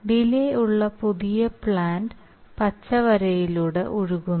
delay ഉള്ള പുതിയ plant പച്ച വരയിലൂടെ ഒഴുകുന്നു